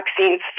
vaccines